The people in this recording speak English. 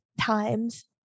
times